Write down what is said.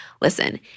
Listen